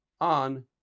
on